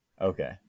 Okay